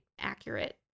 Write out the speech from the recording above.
accurate